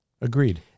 agreed